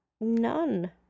None